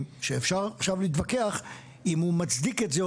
אם הוא רוצה את ההטבות האלה ואם האינטרס